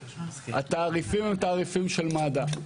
התעריפים הם תעריפים של מד"א.